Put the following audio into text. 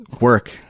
work